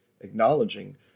acknowledging